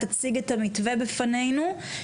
תציג בפנינו את המתווה,